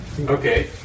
Okay